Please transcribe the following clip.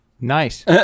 Nice